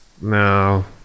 no